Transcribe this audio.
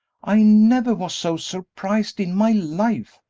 i never was so surprised in my life.